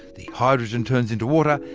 the hydrogen turns into water,